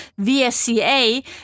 VSCA